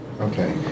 Okay